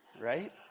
Right